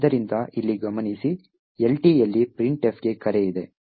ಆದ್ದರಿಂದ ಇಲ್ಲಿ ಗಮನಿಸಿ LT ಯಲ್ಲಿ printf ಗೆ ಕರೆ ಇದೆ